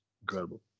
incredible